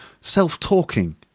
self-talking